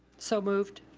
so moved.